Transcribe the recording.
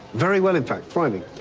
very well, in fact. thriving.